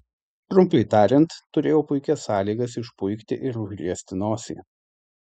trumpai tariant turėjau puikias sąlygas išpuikti ir užriesti nosį